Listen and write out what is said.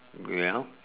okay ah